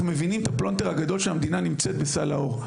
מבינים את הפלונטר הגדול שהמדינה נמצאת בסל האור.